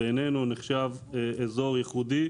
בעינינו נחשב אזור ייחודי.